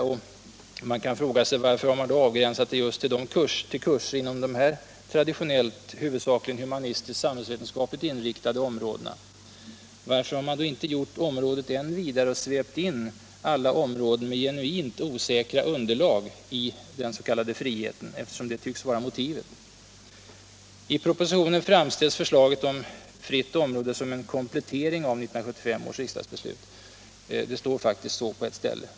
Och varför har man då avgränsat det just till kurser inom dessa traditionella, huvudsakligen humanistiskt-samhällsvetenskapligt inriktade områden? Varför har man inte gjort området än vidare och svept in alla områden med genuint osäkra underlag i den s.k. friheten, eftersom det tycks vara motivet? I propositionen framställs förslaget om fritt område som en komplettering av 1975 års riksdagsbeslut. Det står faktiskt så på ett ställe.